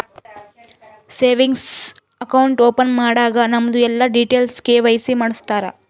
savings account open ಮಾಡಾಗ್ ನಮ್ದು ಎಲ್ಲಾ ಡೀಟೇಲ್ಸ್ ಕೆ.ವೈ.ಸಿ ಮಾಡುಸ್ತಾರ್